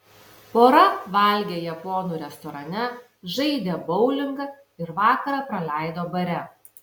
pora valgė japonų restorane žaidė boulingą ir vakarą praleido bare